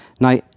Now